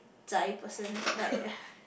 仔 person like